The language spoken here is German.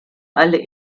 alle